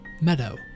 Meadow